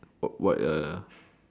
got white ya